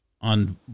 on